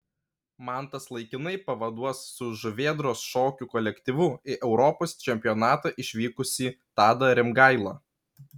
mantas laikinai pavaduos su žuvėdros šokių kolektyvu į europos čempionatą išvykusi tadą rimgailą